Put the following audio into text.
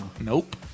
Nope